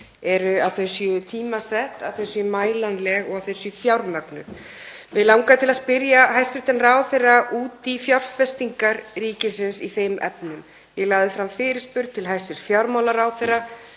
er að þau séu tímasett, mælanleg og fjármögnuð. Mig langaði til að spyrja hæstv. ráðherra út í fjárfestingar ríkisins í þeim efnum. Ég lagði fram fyrirspurn til hæstv. fjármálaráðherra